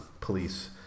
police